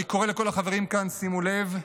אני קורא לכל החברים כאן: שימו לב,